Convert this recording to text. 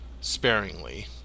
sparingly